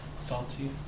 Salty